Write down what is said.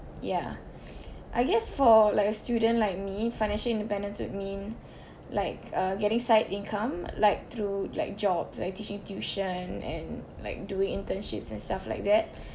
ya I guess for like a student like me financial independence would mean like uh getting side income like through like jobs like teaching tuition and like doing internships and stuff like that